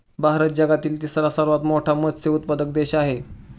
भारत जगातील तिसरा सर्वात मोठा मत्स्य उत्पादक देश आहे